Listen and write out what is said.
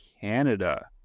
Canada